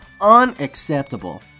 Unacceptable